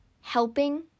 helping